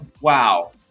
Wow